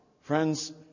Friends